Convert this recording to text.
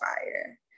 fire